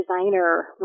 designer